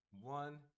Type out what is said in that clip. one